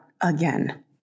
again